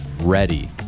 ready